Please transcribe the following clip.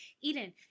Eden